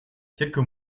quelques